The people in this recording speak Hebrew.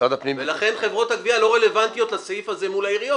ולכן חברות הגבייה לא רלוונטיות לסעיף הזה מול העיריות,